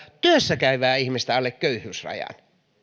työssä käyvää ihmistä alle köyhyysrajan missä